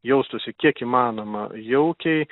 jaustųsi kiek įmanoma jaukiai